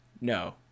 No